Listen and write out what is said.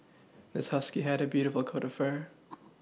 this husky had a beautiful coat of fur